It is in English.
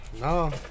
no